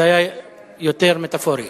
זה היה יותר מטאפורי,